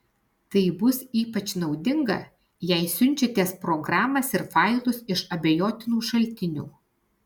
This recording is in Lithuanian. tai bus ypač naudinga jei siunčiatės programas ir failus iš abejotinų šaltinių